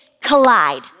collide